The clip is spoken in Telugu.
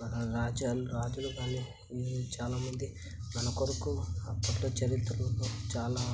మన రాజ్యాలు రాజులు కానీ ఈ చాలా మంది మన కొరకు అప్పట్లో చరిత్రలలో చాలా